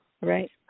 right